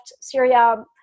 syria